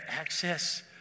access